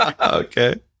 Okay